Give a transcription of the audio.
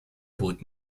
بود